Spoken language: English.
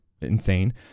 insane